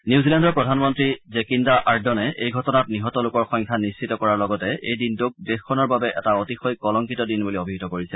নিউজিলেণ্ডৰ প্ৰধানমন্ত্ৰী Jacinda Ardern এই ঘটনাত নিহত লোকৰ সংখ্যা নিশ্চিত কৰাৰ লগতে এই দিনটোক দেশখনৰ বাবে এটা অতিশয় কলংকিত দিন বুলি অভিহিত কৰিছে